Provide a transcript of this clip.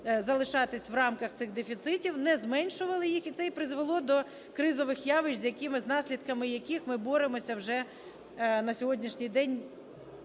залишатись в рамках цих дефіцитів, не зменшували їх, і це призвело до кризових явищ, з наслідками яких ми боремося вже на сьогоднішній день